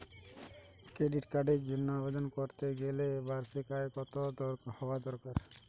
Credit কার্ডের জন্য আবেদন করতে গেলে বার্ষিক আয় কত হওয়া দরকার?